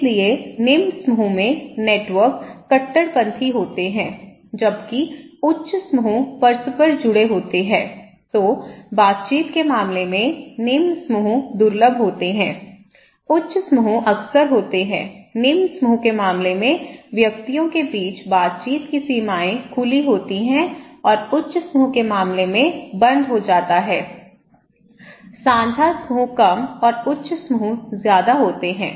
इसलिए निम्न समूह में नेटवर्क कट्टरपंथी होते हैं जबकि उच्च समूह परस्पर जुड़े होते हैं तो बातचीत के मामले में निम्न समूह दुर्लभ होते हैं उच्च समूह अक्सर होते हैं निम्न समूह के मामले में व्यक्तियों के बीच बातचीत की सीमाएं खुली होती हैं और उच्च समूह के मामले में बंद हो जाता है सांझा समूह कम और उच्च समूह ज्यादा होते हैं